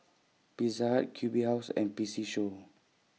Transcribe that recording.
Pizza Q B House and P C Show